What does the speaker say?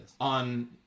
on